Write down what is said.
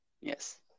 Yes